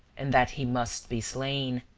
and that he must be slain